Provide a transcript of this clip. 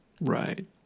Right